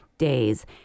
days